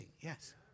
Yes